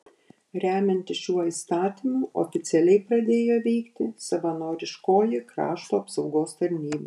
remiantis šiuo įstatymu oficialiai pradėjo veikti savanoriškoji krašto apsaugos tarnyba